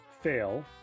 fail